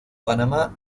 panamá